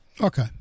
Okay